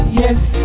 yes